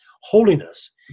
holiness